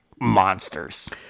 monsters